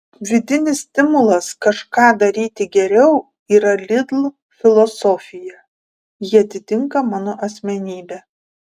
vidinis stimulas kažką daryti geriau yra lidl filosofija ji atitinka mano asmenybę